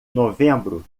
novembro